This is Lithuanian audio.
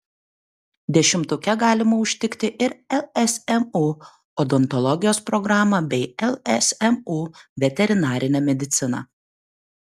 dešimtuke galima užtikti ir lsmu odontologijos programą bei lsmu veterinarinę mediciną